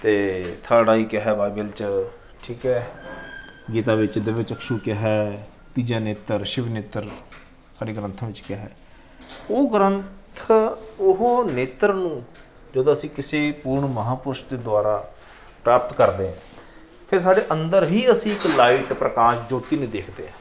ਅਤੇ third eye ਕਿਹਾ Bible 'ਚ ਠੀਕ ਹੈ ਗੀਤਾ ਵਿੱਚ ਦਿਵਯ ਚਕਸ਼ੂ ਕਿਹਾ ਤੀਜਾ ਨੇਤਰ ਸ਼ਿਵ ਨੇਤਰ ਸਾਡੇ ਗ੍ਰੰਥਾਂ ਵਿੱਚ ਕਿਹਾ ਉਹ ਗ੍ਰੰਥ ਉਹ ਨੇਤਰ ਨੂੰ ਜਦੋਂ ਅਸੀਂ ਕਿਸੇ ਪੂਰਨ ਮਹਾਂਪੁਰਸ਼ ਦੇ ਦੁਆਰਾ ਪ੍ਰਾਪਤ ਕਰਦੇ ਫਿਰ ਸਾਡੇ ਅੰਦਰ ਹੀ ਅਸੀਂ ਇੱਕ ਲਾਈਟ ਪ੍ਰਕਾਸ਼ ਜੋਤੀ ਨੂੰ ਦੇਖਦੇ ਹਾਂ